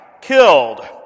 killed